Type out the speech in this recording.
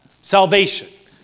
salvation